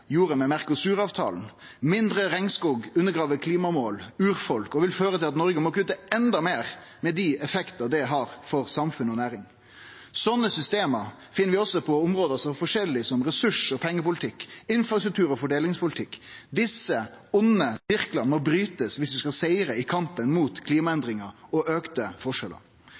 gjorde med Mercosur-avtalen. Mindre regnskog undergrev klimamål og urfolk og vil føre til at Noreg må kutte endå meir, med dei effektane det har for samfunn og næring. Sånne system finn vi også på område så forskjellige som ressurs- og pengepolitikk, infrastruktur- og fordelingspolitikk. Desse vonde sirklane må brytast viss vi skal sigre i kampen mot klimaendringar og auka forskjellar.